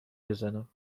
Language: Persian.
بزنم